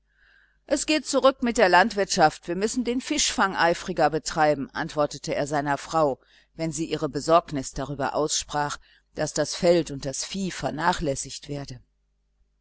es geht zurück mit der landwirtschaft wir müssen den fischfang eifriger betreiben antwortete er seiner frau wenn sie ihre besorgnis darüber aussprach daß das feld und das vieh vernachlässigt werde